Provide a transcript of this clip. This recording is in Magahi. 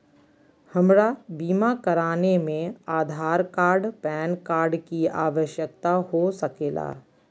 हमरा बीमा कराने में आधार कार्ड पैन कार्ड की आवश्यकता हो सके ला?